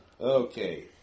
Okay